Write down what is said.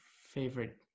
Favorite